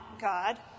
God